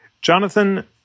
Jonathan